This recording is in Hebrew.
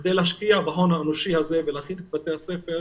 כדי להשקיע בהון האנושי הזה ולהכין את בתי הספר,